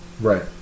Right